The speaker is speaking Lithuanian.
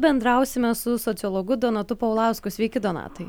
bendrausime su sociologu donatu paulausku sveiki donatai